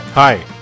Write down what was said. Hi